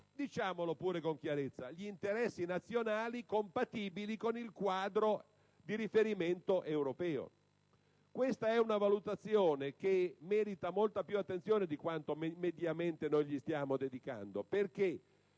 diciamolo con chiarezza - gli interessi nazionali compatibili con il quadro di riferimento europeo. È una valutazione che merita molta più attenzione di quanto mediamente le stiamo dedicando, perché